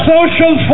Social